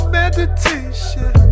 meditation